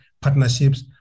partnerships